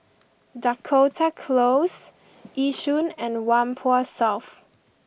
Dakota Close Yishun and Whampoa South